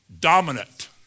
dominant